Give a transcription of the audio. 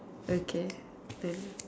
okay then